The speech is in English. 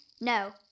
No